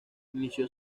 inició